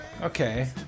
okay